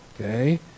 Okay